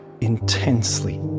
intensely